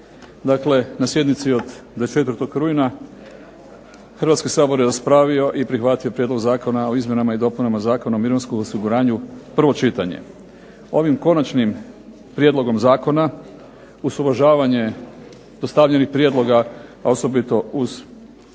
Dakle na sjednici od 24. rujna Hrvatski sabor je raspravio i prihvatio Prijedlog Zakona o izmjenama i dopunama Zakona o mirovinskom osiguranju, prvo čitanje. Ovim konačnim prijedlogom zakona uz uvažavanje postavljenih prijedloga, a osobito uz